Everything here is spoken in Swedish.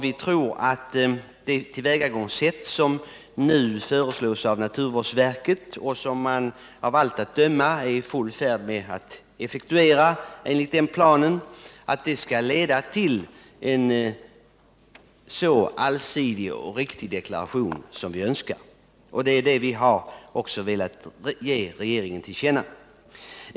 Vi tror att det tillvägagångssätt som nu föreslås av naturvårdsverket, och som verket av allt att döma är i full färd med att effektuera enligt planen, skulle leda till en så allsidig och riktig deklaration som vi önskar. Det är också det vi har velat ge regeringen till känna.